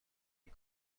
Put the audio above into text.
این